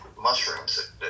mushrooms